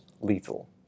lethal